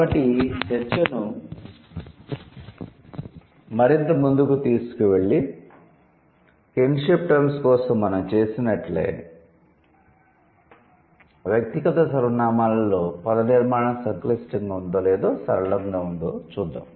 కాబట్టి చర్చను మరింత ముందుకు తీసుకెళ్ళి కిన్షిప్ టర్మ్స్ కోసం మనం చేసినట్లే వ్యక్తిగత సర్వనామాలలో పద నిర్మాణం సంక్లిష్టంగా ఉందో లేదా సరళంగా ఉందో చూద్దాం